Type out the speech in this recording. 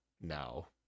now